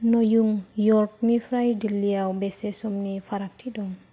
new यर्कनिफ्राय दिल्लीयाव बेसे समनि फारागथि दं